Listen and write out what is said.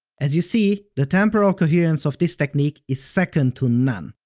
as you see, the temporal coherence of this technique is second to none,